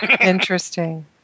Interesting